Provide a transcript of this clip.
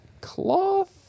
cloth